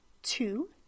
two